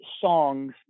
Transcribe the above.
songs